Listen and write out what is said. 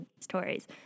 stories